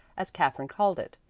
as katherine called it.